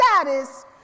status